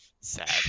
Sad